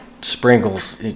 Sprinkles